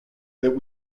that